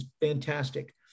fantastic